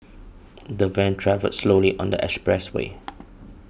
the van travelled slowly on the expressway